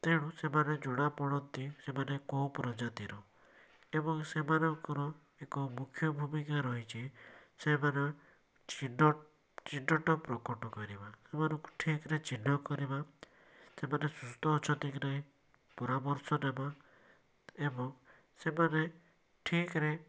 ତେଣୁ ସେମାନେ ଜଣାପଡ଼ନ୍ତି ସେମାନେ କେଉଁ ପ୍ରଜାତିର ଏବଂ ସେମାନଙ୍କର ଏକ ମୁଖ୍ୟ ଭୁମିକା ରହିଛି ସେମାନେ ଚିହ୍ନ ଚିହ୍ନଟ ପ୍ରକଟ କରିବା ସେମାନଙ୍କୁ ଠିକରେ ଚିହ୍ନ କରିବା ସେମାନେ ସୁସ୍ଥ ଅଛନ୍ତି କି ନାହିଁ ପରାମର୍ଶ ନେବା ଏବଂ ସେମାନେ ଠିକରେ